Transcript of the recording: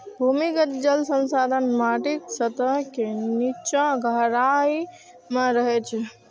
भूमिगत जल संसाधन माटिक सतह के निच्चा गहराइ मे रहै छै